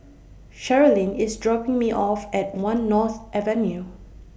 Cherilyn IS dropping Me off At one North Avenue